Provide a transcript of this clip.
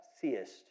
seest